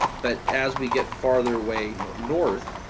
but as we get farther away north,